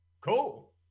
Cool